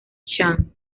chan